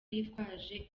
yitwaje